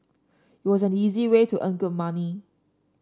it was an easy way to earn good money